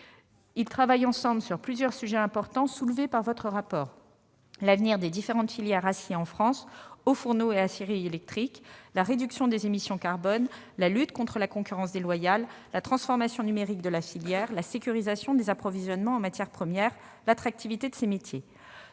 Ils travaillent ensemble sur plusieurs sujets importants soulevés dans le rapport : l'avenir des différentes filières acier en France- hauts-fourneaux et aciéries électriques -, la réduction des émissions carbone, la lutte contre la concurrence déloyale, la transformation numérique de la filière, la sécurisation des approvisionnements en matières premières, l'attractivité de ses métiers.